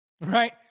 Right